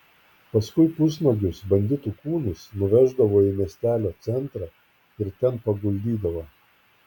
paskui pusnuogius banditų kūnus nuveždavo į miestelio centrą ir ten paguldydavo